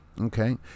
okay